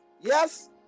yes